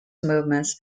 movements